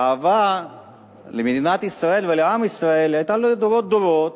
והאהבה למדינת ישראל ולעם ישראל היתה לדורי דורות,